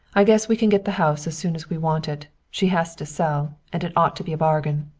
i guess we can get the house as soon as we want it. she has to sell and it ought to be a bargain.